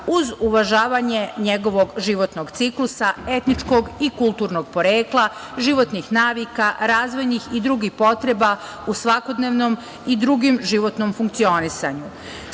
uz uvažavanje njegovog životnog ciklusa, etničkog i kulturnog porekla, životnih navika, razvojnih i drugih potreba u svakodnevnom i drugom životnom funkcionisanju. Smeštaj